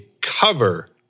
cover